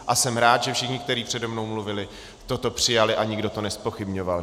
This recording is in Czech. A jsem rád, že všichni, kteří přede mnou mluvili, toto přijali a nikdo to nezpochybňoval.